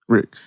Rick